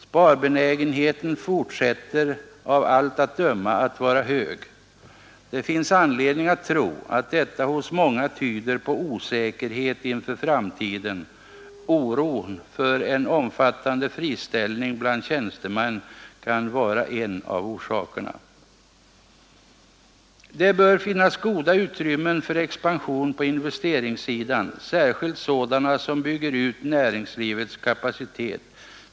Sparbenägenheten fortsätter av allt att döma att vara hög. Detta tyder på att många känner osäkerhet inför framtiden. Oron för en omfattande friställning bland tjänstemän kan vara en av orsakerna. Det bör finnas goda utrymmen för expansion på investeringssidan, särskilt för sådana investeringar som bygger ut näringslivets kapacitet.